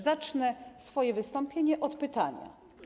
Zacznę swoje wystąpienie od pytania.